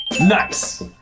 Nice